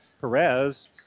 Perez